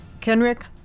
kenrick